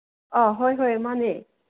ꯑꯥ ꯍꯣꯏ ꯍꯣꯏ ꯃꯥꯅꯦ